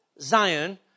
Zion